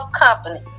company